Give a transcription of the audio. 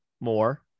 more